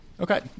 Okay